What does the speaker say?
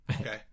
okay